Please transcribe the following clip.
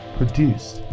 produced